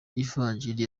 ivanjili